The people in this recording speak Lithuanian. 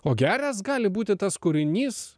o geras gali būti tas kūrinys